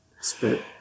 spit